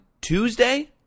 Tuesday